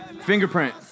Fingerprint